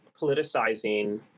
politicizing